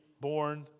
born